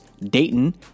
Dayton